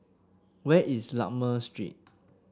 where is Lakme Street